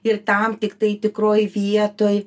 ir tam tiktai tikroj vietoj